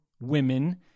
women